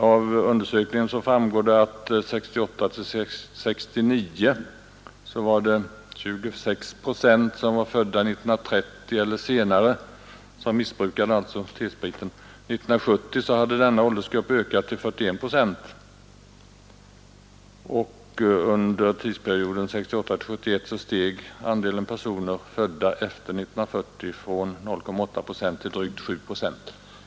Av undersökningen framgår att 1968-1969 26 procent av dem som missbrukade T-sprit var födda 1930 eller senare, men 1970 hade denna åldersgrupp ökat till 41 procent, och under tidsperioden 1968-1971 steg andelen missbrukare födda efter 1940 från 0,8 procent till drygt 7 procent.